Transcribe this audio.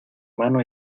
mano